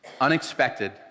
Unexpected